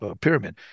pyramid